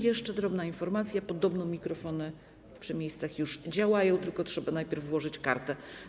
Jeszcze drobna informacja: podobno mikrofony przy miejscach już działają, tylko trzeba najpierw włożyć kartę.